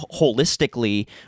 holistically